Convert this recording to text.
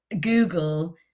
Google